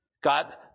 God